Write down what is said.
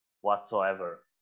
whatsoever